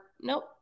nope